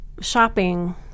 shopping